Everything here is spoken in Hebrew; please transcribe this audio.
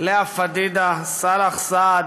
לאה פדידה, סאלח סעד,